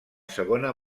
segona